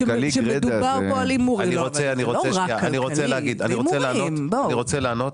אני רוצה לענות.